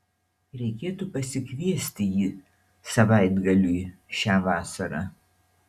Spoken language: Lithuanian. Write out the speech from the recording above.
reikėtų pasikviesti jį savaitgaliui šią vasarą